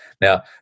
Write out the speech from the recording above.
now